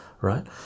right